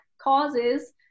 causes